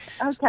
Okay